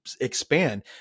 expand